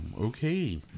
okay